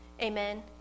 Amen